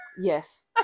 Yes